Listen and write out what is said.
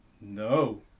no